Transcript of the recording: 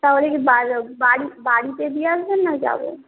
তাহলে কি বাড় বাড়িতে দিয়ে আসবেন না যাবো